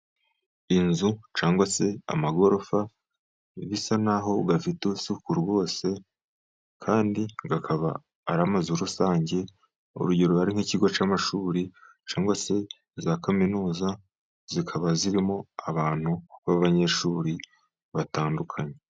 Inzu cyangwa se amagorofa bisa naho udafite isuku, bose kandi akaba ari amazu rusange urugero ari nk'ikigo cy'amashuri, cyangwa se za kaminuza zikaba zirimo abantu b'abanyeshuri batandukanye.